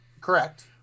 Correct